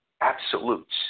absolutes